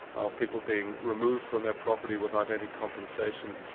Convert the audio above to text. of people being removed from their property without any compensation,